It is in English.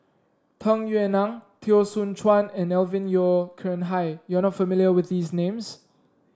Tung Yue Nang Teo Soon Chuan and Alvin Yeo Khirn Hai you are not familiar with these names